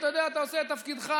אתה יודע, אתה עושה את תפקידך,